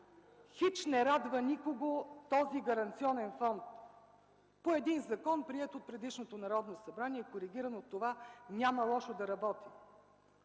Хич не радва никого този гаранционен фонд! По един закон, приет от предишното Народно събрание, коригиран от това, няма лошо да работи.